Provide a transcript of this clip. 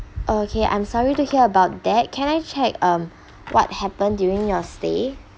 okay I'm sorry to hear about that can I check um what happened during your stay